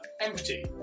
empty